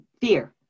Fear